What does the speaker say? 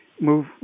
move